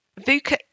VUCA